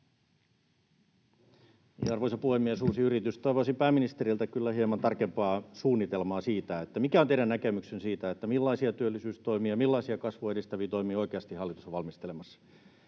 arvoisa puhemies, uusi yritys. — Toivoisin pääministeriltä kyllä hieman tarkempaa suunnitelmaa siitä, mikä on teidän näkemyksenne siitä, millaisia työllisyystoimia, millaisia kasvua edistäviä toimia oikeasti hallitus on valmistelemassa.